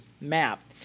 map